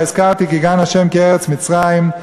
כבר הזכרתי: "כגן ה' כארץ מצרים",